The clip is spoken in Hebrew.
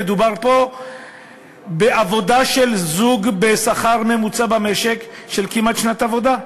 מדובר פה בעבודה של זוג בשכר ממוצע במשק של כמעט שנת עבודה,